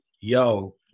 yo